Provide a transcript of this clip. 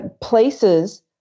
places